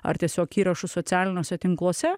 ar tiesiog įrašus socialiniuose tinkluose